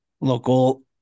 local